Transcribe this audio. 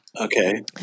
Okay